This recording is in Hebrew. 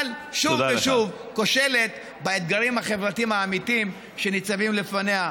אבל שוב ושוב כושלת באתגרים החברתיים האמיתיים שניצבים לפניה.